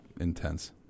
intense